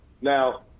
Now